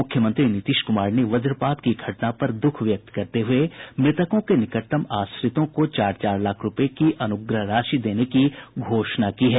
मुख्यमंत्री नीतीश कुमार ने वज्रपात की घटना पर दुःख व्यक्त करते हुए मृतकों के निकटतम आश्रितों को चार चार लाख रुपये की अनुग्रह राशि देने की घोषणा की है